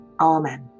Amen